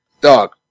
dog